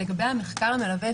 לגבי המחקר המלווה,